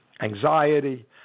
Anxiety